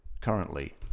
currently